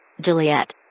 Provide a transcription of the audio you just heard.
Juliet